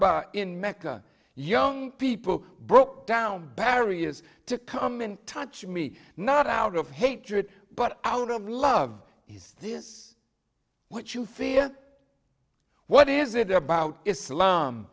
in mecca young people broke down barriers to come in touch me not out of hatred but out of love he's this what you fear what is it about islam